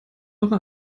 woche